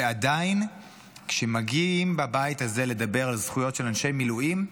ועדיין כשמגיעים בבית הזה לדבר על זכויות של אנשי מילואים,